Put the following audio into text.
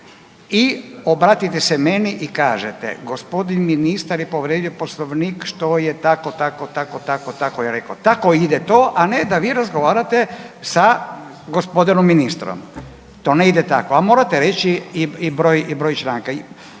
i obratite se meni i kažete gospodin ministar je povrijedio Poslovnik što je tako, tako, tako, tako, tako je rekao, tako ide to, a ne da vi razgovarate sa g. ministrom. To ne ide tako, a morate reći i broj,